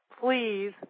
Please